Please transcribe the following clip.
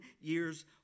years